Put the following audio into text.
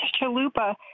Chalupa